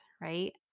right